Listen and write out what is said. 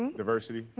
diversity?